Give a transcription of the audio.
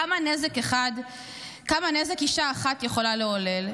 כמה נזק אישה אחת יכולה לעולל?